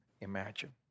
imagine